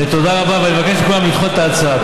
תודה רבה, ואני מבקש מכולם לדחות את ההצעה.